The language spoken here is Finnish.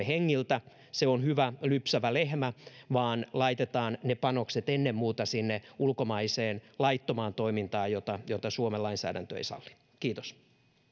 hengiltä se on hyvä lypsävä lehmä vaan laitetaan ne panokset ennen muuta sinne ulkomaiseen laittomaan toimintaan jota jota suomen lainsäädäntö ei salli kiitos